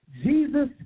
Jesus